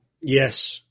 Yes